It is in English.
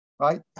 Right